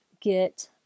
get